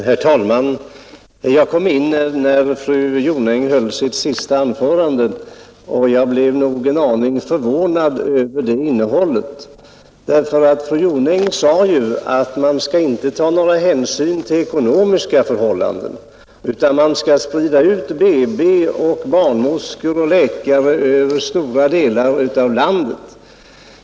Herr talman! Jag kom in när fru Jonäng höll sitt senaste anförande, och jag blev en aning förvånad över innehållet i detta. Fru Jonäng sade ju att man inte skall ta hänsyn till ekonomiska förhållanden utan man skall sprida ut BB-avdelningar och barnmorskor och läkare över stora delar av landet.